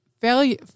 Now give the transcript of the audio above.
failure